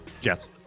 Jets